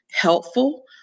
helpful